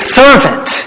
servant